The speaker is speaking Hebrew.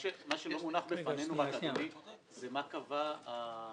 סליחה, מה שלא מונח בפנינו זה מה שקבע הממונה.